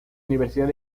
universidad